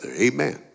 Amen